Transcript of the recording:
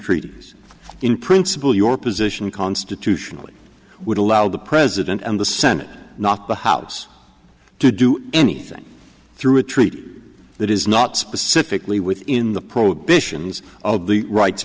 treaties in principle your position constitutionally would allow the president and the senate not the house to do anything through a treaty that is not specifically within the prohibition